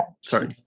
sorry